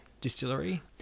Distillery